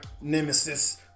Nemesis